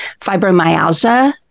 fibromyalgia